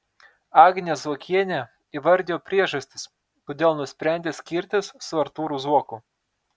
agnė zuokienė įvardijo priežastis kodėl nusprendė skirtis su artūru zuoku